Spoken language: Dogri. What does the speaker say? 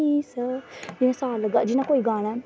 नीं सा जि'यां सा लगा जि'यां कोई गाना